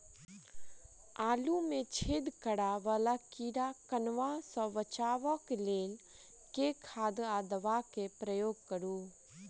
आलु मे छेद करा वला कीड़ा कन्वा सँ बचाब केँ लेल केँ खाद वा दवा केँ प्रयोग करू?